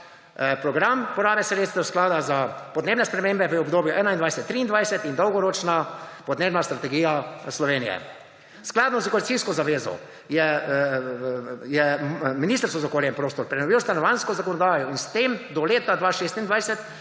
Program porabe sredstev Sklada za podnebne spremembe v obdobju 2021–2023 in Dolgoročna podnebna strategija Slovenije. Skladno s koalicijsko zavezo je Ministrstvo za okolje in prostor prenovilo stanovanjsko zakonodajo in s tem do leta 2026